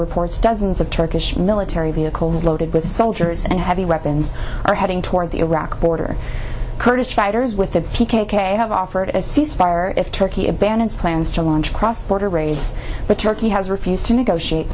reports dozens of to military vehicles loaded with soldiers and heavy weapons are heading toward the iraqi border kurdish fighters with the p k k offered a cease fire if turkey abandons plans to launch cross border raids but turkey has refused to negotiate